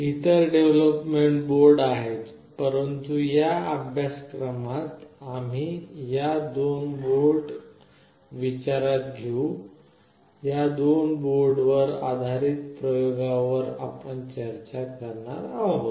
इतर development board आहेत परंतु या अभ्यासक्रमात आम्ही या दोन बोर्ड विचारात घेऊ आणि या दोन बोर्डवर आधारित प्रयोगांवर आपण चर्चा करणार आहोत